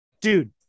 Dude